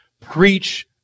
preach